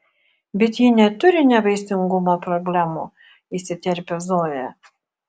bet ji neturi nevaisingumo problemų įsiterpia zoja